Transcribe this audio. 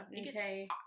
Okay